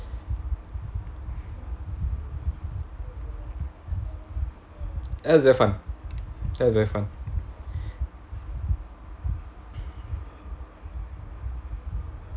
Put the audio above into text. as very fun that was very fun